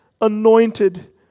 anointed